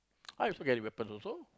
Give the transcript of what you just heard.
I also get a weapon also